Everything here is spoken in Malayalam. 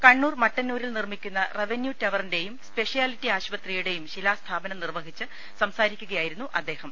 കണ്ണൂർ മട്ടന്നൂരിൽ നിർമ്മിക്കുന്ന റവന്യൂ ടവറിന്റെയും സ്പെഷ്യാലിറ്റി ആശുപത്രിയുടെയും ശിലാസ്ഥാപനം നിർവഹിച്ച് സംസാരിക്കുകയായിരുന്നു അദ്ദേഹം